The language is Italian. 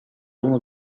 uno